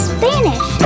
Spanish